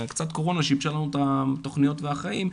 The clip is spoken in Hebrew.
הקורונה שיבשה לנו קצת את התכניות והחיים,